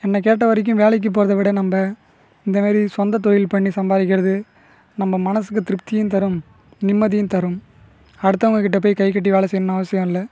என்னை கேட்டவரைக்கும் வேலைக்கு போறதை விட நம்ப இந்தமாரி சொந்த தொழில் பண்ணி சம்பாதிக்கிறது நம்ப மனதுக்கு திருப்தியும் தரும் நிம்மதியும் தரும் அடுத்தவங்ககிட்ட போய் கைக்கட்டி வேலை செய்யணுன்னு அவசியம் இல்லை